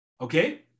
okay